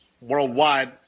worldwide